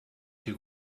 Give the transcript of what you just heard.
too